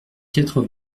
quatre